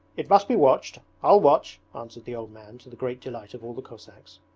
it must be watched. i'll watch answered the old man to the great delight of all the cossacks.